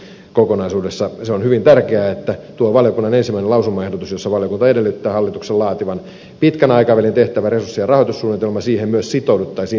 tässäkin kokonaisuudessa on hyvin tärkeä tuo valiokunnan ensimmäinen lausumaehdotus jossa valiokunta edellyttää hallituksen laativan pitkän aikavälin tehtäväresurssien rahoitussuunnitelman ja siihen myös sitouduttavan poliittisesti